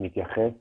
מתייחס